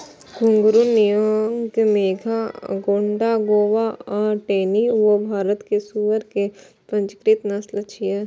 घूंघरू, नियांग मेघा, अगोंडा गोवा आ टेनी वो भारत मे सुअर के पंजीकृत नस्ल छियै